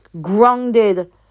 grounded